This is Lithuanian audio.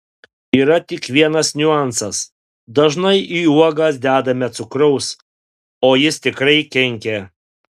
yra tik vienas niuansas dažnai į uogas dedame cukraus o jis tikrai kenkia